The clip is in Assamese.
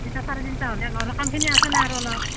এতিয়াতো চাৰে তিনটা হ'লেই ঘৰৰ কামখিনি আছে নহয় আৰু অলপ